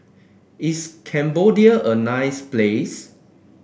is Cambodia a nice place